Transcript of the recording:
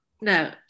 no